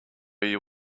you